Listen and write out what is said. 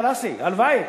אלקין מהקואליציה.